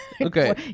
Okay